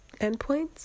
endpoints